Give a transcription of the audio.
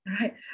right